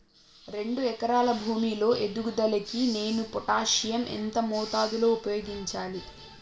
రెండు ఎకరాల భూమి లో ఎదుగుదలకి నేను పొటాషియం ఎంత మోతాదు లో ఉపయోగించాలి?